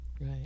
Right